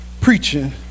preaching